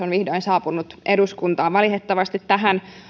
on vihdoin saapunut eduskuntaan valitettavasti tähän